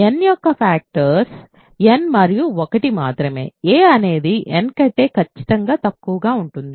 n యొక్క factors n మరియు 1 మాత్రమే a అనేది n కంటే ఖచ్చితంగా తక్కువగా ఉంటుంది